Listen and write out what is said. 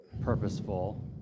purposeful